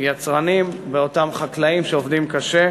ביצרנים, באותם חקלאים שעובדים קשה.